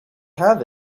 have